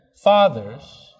fathers